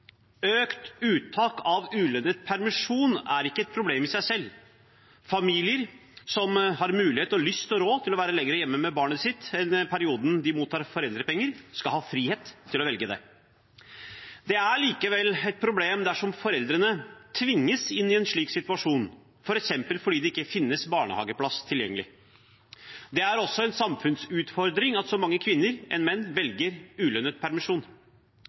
Økt uttak av ulønnet permisjon er ikke et problem i seg selv. Familier som har mulighet, lyst og råd til å være lenger hjemme med barnet sitt enn perioden de mottar foreldrepenger, skal ha frihet til å velge det. Det er likevel et problem dersom foreldrene tvinges inn i en slik situasjon, f.eks. fordi det ikke finnes barnehageplass tilgjengelig. Det er også en samfunnsutfordring at så mange flere kvinner enn menn velger ulønnet permisjon.